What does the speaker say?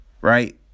Right